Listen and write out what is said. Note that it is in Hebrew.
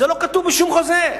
זה לא כתוב בשום חוזה,